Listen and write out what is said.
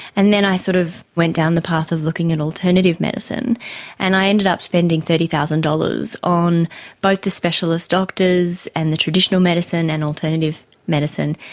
and then i sort of went down the path of looking at alternative medicine and i ended up spending thirty thousand dollars on both the specialist doctors and the traditional medicine and alternative medicine,